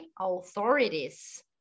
authorities